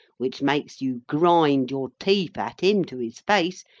which makes you grind your teeth at him to his face,